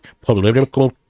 political